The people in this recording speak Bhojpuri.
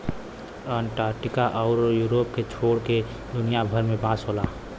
अंटार्टिका आउर यूरोप के छोड़ के दुनिया भर में बांस होला